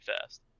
fast